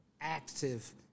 active